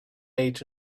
age